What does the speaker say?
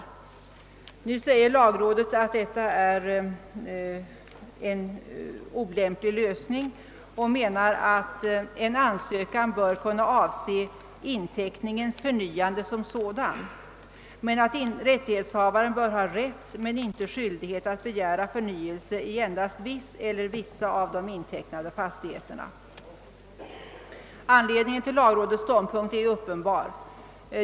Nu säger lagrådet att detta är en olämplig lösning och menar, att en ansökan bör kunna avse förnyelse av inteckningen som sådan samt att rättighetshavaren bör ha rätt men inte skyldighet att begära förnyelse i endast viss eller vissa av de intecknade fastigheterna. punkt är uppenbar.